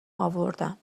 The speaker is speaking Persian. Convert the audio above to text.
آوردم